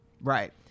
Right